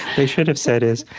they should have said is,